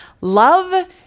love